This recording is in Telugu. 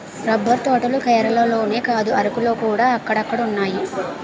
రబ్బర్ తోటలు కేరళలోనే కాదు అరకులోకూడా అక్కడక్కడున్నాయి